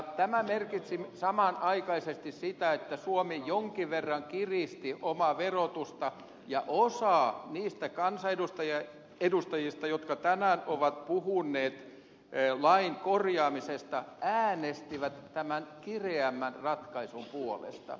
tämä merkitsi samanaikaisesti sitä että suomi jonkin verran kiristi omaa verotustaan ja osa niistä kansanedustajista jotka tänään ovat puhuneet lain korjaamisesta äänesti tämän kireämmän ratkaisun puolesta